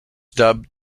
dubbed